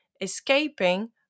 escaping